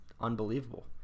unbelievable